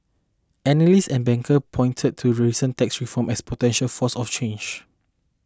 analysts and bankers pointed to recent tax reform as potential force of change